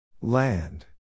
Land